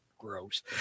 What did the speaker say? gross